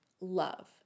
love